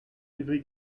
livry